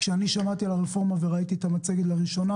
כשאני שמעתי על הרפורמה וראיתי את המצגת לראשונה,